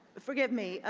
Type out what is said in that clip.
forgive me,